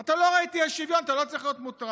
ואם אתה לא מאמין אני אפנה אותך לציטוט ולמספרים בעיתון